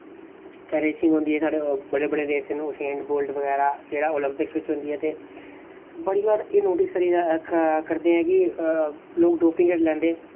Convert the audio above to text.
racing होंदी ऐ साढ़े बड़े बड़े रेसर न उसैनबोल्ट बगैरा जेह्ड़ा ओलंपिक्स बिच होंदी ऐ ते बड़ी बार एह् नोटिस करी करदे ऐं कि लोग डोपिंग करी लैंदे